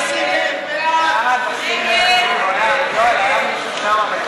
קבוצת סיעת יש עתיד לסעיף 2 לא נתקבלו.